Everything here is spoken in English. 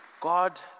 God